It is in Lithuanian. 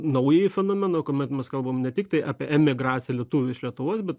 naująjį fenomeną kuomet mes kalbam ne tiktai apie emigraciją lietuvių iš lietuvos bet